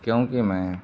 ਕਿਉਂਕਿ ਮੈਂ